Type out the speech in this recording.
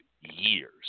years